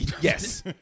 Yes